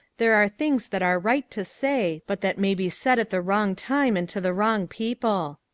there are things that are right to say, but that may be said at the wrong time and to the wrong people.